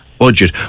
budget